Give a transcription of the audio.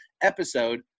episode